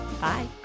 Bye